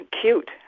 cute